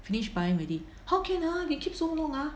finish buying already how can ah they keep so long ah